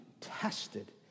tested